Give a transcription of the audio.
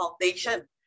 foundation